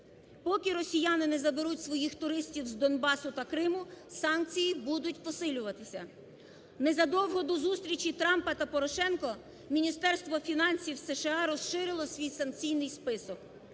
Поки росіяни не заберуть своїх "туристів" з Донбасу та Криму, санкції будуть посилюватися. Незадовго до зустрічі Трампа та Порошенко Міністерство фінансів США розширило свій санкційний список.